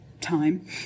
time